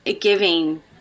giving